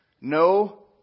No